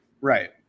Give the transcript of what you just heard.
Right